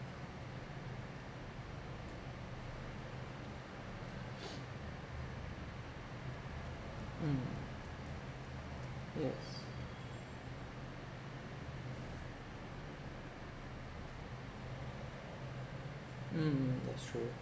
mm yes mm that's true